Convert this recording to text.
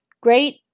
great